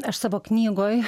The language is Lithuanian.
aš savo knygoj